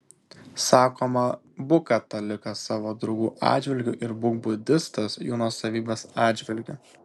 sakoma būk katalikas savo draugų atžvilgių ir būk budistas jų nuosavybės atžvilgiu